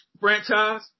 franchise